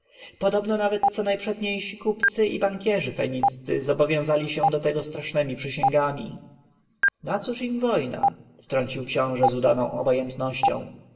podobno nawet co najprzedniejsi kupcy i bankierzy feniccy zobowiązali się do tego strasznemi przysięgami nacóż im wojna wtrącił książę z udaną obojętnością